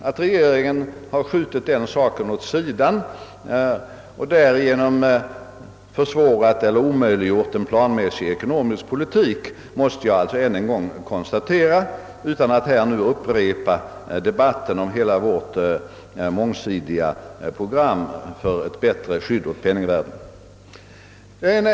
Att regeringen har skjutit den saken åt sidan och därigenom försvårat eller omöjliggjort en planmässig ekonomisk politik, måste jag således än en gång konstatera, utan att därför upprepa debatten om hela vårt mångsidiga program för ett bättre skydd åt penningvärdet.